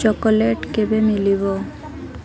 chocolate କେବେ ମିଳିବ